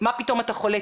מה פתאום אתה חולה?